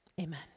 amen